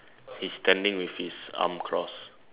he's standing with his arm crossed